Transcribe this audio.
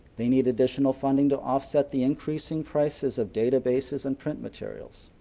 they need additional funding to offset the increasing prices of databases and print materials.